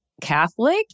Catholic